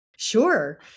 Sure